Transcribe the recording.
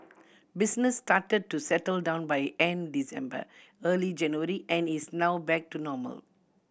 business started to settle down by end December early January and is now back to normal